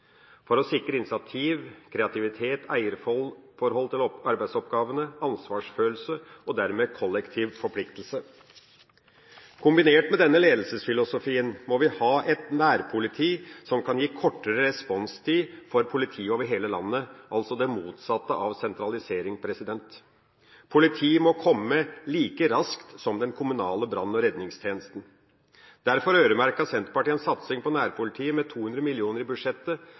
for å sikre initiativ, kreativitet, eierforhold til arbeidsoppgavene, ansvarsfølelse og dermed kollektiv forpliktelse. Kombinert med denne ledelsesfilosofien må vi ha et nærpoliti som kan gi kortere responstid for politiet over hele landet – altså det motsatte av sentralisering. Politiet må komme like raskt som den kommunale brann- og redningstjenesten. Derfor øremerket Senterpartiet en satsing på nærpolitiet med 200 mill. kr i budsjettet.